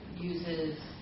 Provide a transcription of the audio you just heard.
uses